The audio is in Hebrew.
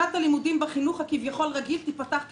שנת הלימודים בחינוך הכביכול רגיל תיפתח כסדרה,